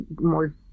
more